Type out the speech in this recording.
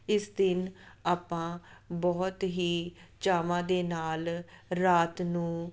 ਇਸ ਦਿਨ ਆਪਾਂ ਬਹੁਤ ਹੀ ਚਾਅਵਾਂ ਦੇ ਨਾਲ ਰਾਤ ਨੂੰ